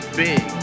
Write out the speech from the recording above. big